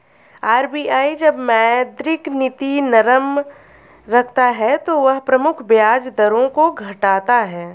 RBI जब मौद्रिक नीति नरम रखता है तो वह प्रमुख ब्याज दरों को घटाता है